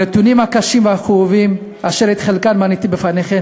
הנתונים הקשים והכאובים אשר את חלקם מניתי בפניכם